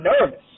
nervous